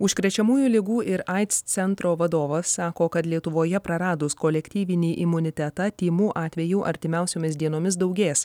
užkrečiamųjų ligų ir aids centro vadovas sako kad lietuvoje praradus kolektyvinį imunitetą tymų atvejų artimiausiomis dienomis daugės